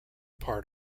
part